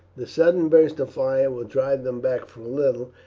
the sudden burst of fire will drive them back for a little,